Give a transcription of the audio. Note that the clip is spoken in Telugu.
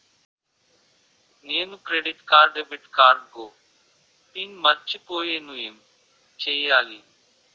నేను క్రెడిట్ కార్డ్డెబిట్ కార్డ్ పిన్ మర్చిపోయేను ఎం చెయ్యాలి?